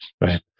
Right